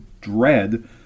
dread